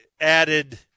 added